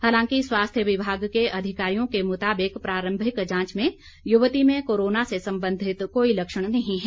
हालांकि स्वास्थ्य विभाग के अधिकारियों के मुताबिक प्रारम्भिक जांच में युवती में कोरोन से संबंधित कोई लक्षण नहीं है